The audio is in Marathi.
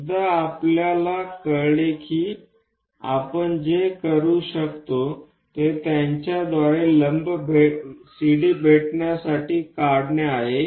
एकदा आपल्याला कळले की आपण जे करू शकतो ते त्यांच्याद्वारे लंब CD भेटण्यासाठी काढणे आहे